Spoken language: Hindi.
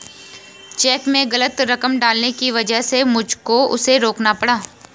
चेक में गलत रकम डालने की वजह से मुझको उसे रोकना पड़ा